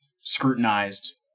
scrutinized